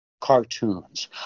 cartoons